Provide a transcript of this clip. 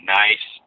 nice